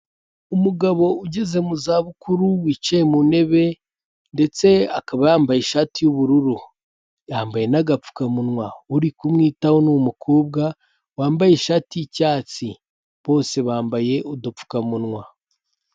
Umugabo ugeze mu za bukuru wicaye mu ntebe ndetse akaba yambaye ishati y'ubururu , yambaye n'agapfukamunwa .Uri kumwitaho ni umukobwa wambaye ishati y'icyatsi bose bambaye udupfukamunwa.